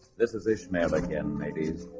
this is ishmael again ladies